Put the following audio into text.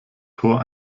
tor